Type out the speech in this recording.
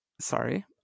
Sorry